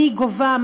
מי גובה,